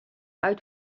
uit